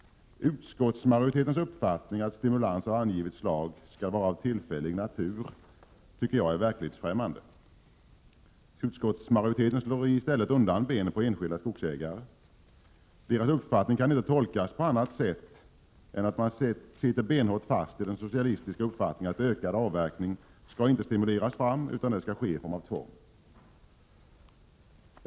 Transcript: Utskottsmajoritetens uppfattning att stimulans av angivet slag skall vara av tillfällig natur är verklighetsfrämmande. Utskottsmajoriteten slår i stället undan benen på enskilda skogsägare. Majoritetens uppfattning kan inte tolkas på annat sätt än att man sitter benhårt fast i den socialistiska uppfattningen att ökad avverkning inte skall stimuleras fram, utan den skall ske i form av tvång.